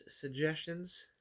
suggestions